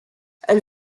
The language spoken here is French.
elle